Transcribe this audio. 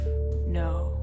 no